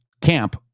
camp